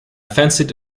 fancied